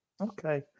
Okay